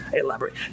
Elaborate